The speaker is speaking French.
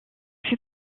fut